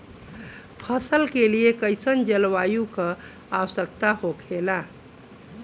फसल के लिए कईसन जलवायु का आवश्यकता हो खेला?